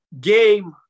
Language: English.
game